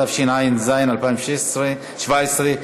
התשע"ז 2017,